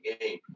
game